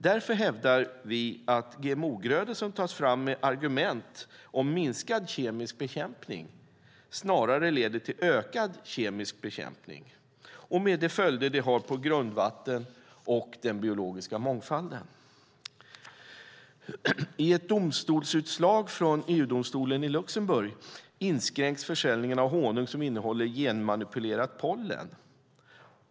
Därför hävdar vi att GMO-grödor som tas fram med argument om minskad kemisk bekämpning snarare leder till ökad kemisk bekämpning, med de följder det har för grundvatten och den biologiska mångfalden. I ett domstolsutslag från EU-domstolen i Luxemburg inskränks försäljningen av honung som innehåller genmanipulerat pollen.